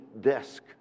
desk